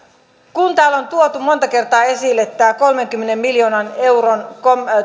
kun täällä on tuotu monta kertaa esille tämä kolmenkymmenen miljoonan euron